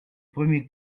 premiers